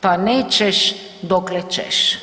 pa nećeš dokle ćeš.